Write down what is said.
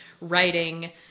writing